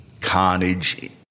carnage